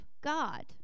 God